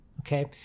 okay